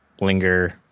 linger